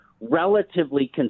relatively